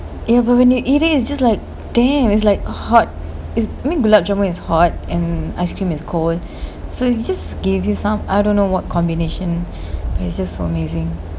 ya but when you eat is just like damn is like hot is I mean gulab jamun is hot and ice-cream is cold so it just gave you some I don't know what combination but it's just so amazing